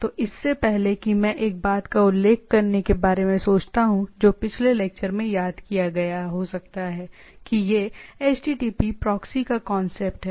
तो इससे पहले कि मैं एक बात का उल्लेख करने के बारे में सोचता हूं जो पिछले लेक्चर में याद किया गया हो सकता है कि यह HTTP प्रॉक्सी का कांसेप्ट है